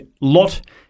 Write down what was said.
Lot